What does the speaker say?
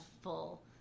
full